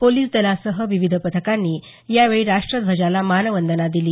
police दलासह विविध पथकांनी यावेळी राष्ट्ध्वजाला मानवंदना दिली